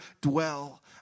dwell